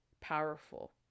powerful